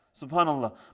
SubhanAllah